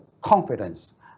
confidence